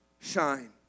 shine